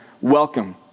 welcome